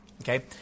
Okay